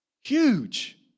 Huge